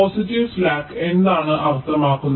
positive slack എന്താണ് അർത്ഥമാക്കുന്നത്